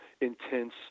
intense